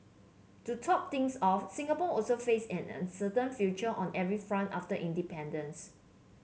to top things off Singapore also faced an uncertain future on every front after independence